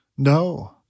No